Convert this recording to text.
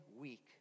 week